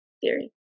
theory